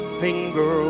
finger